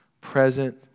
present